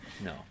No